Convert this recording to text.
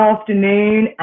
afternoon